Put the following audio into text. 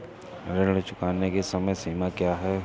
ऋण चुकाने की समय सीमा क्या है?